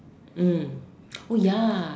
mm oh ya